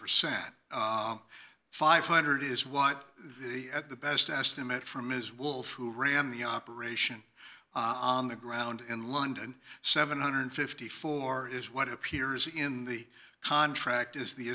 percent five hundred is what the at the best estimate for ms wolf who ran the operation on the ground in london seven hundred and fifty four is what appears in the contract is the